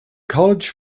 college